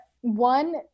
one